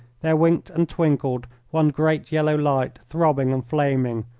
there winked and twinkled one great yellow light, throbbing and flaming,